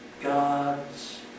God's